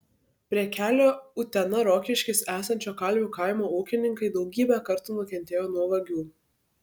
prie kelio utena rokiškis esančio kalvių kaimo ūkininkai daugybę kartų nukentėjo nuo vagių